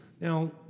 Now